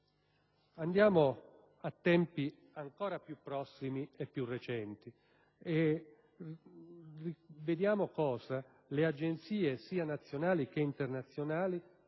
Andiamo a tempi ancora più recenti. Vediamo cosa le agenzie, sia nazionali che internazionali,